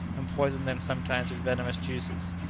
and poisoned them sometimes with venomous juices.